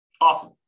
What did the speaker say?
Awesome